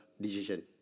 decision